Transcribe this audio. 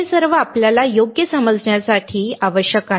हे सर्व आपल्याला योग्य समजण्यासाठी आवश्यक आहे